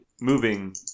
moving